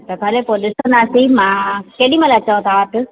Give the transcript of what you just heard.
त भले पोइ ॾिसंदासी मां केॾीमहिल अचांव तव्हां वटि